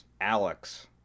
Alex